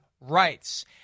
rights